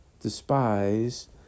despise